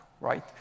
right